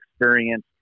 experience